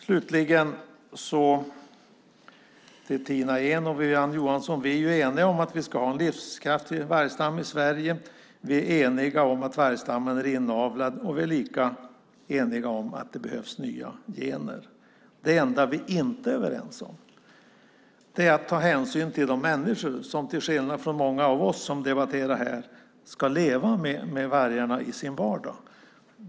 Slutligen vill jag säga till Tina Ehn och Wiwi-Anne Johansson att vi ju är eniga om att vi ska ha en livskraftig vargstam i Sverige. Vi är eniga om att vargstammen är inavlad, och vi är lika eniga om att det behövs nya gener. Det enda vi inte är överens om är att ta hänsyn till de människor som, till skillnad från många av oss som debatterar här, ska leva med vargarna i sin vardag.